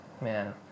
man